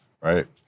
Right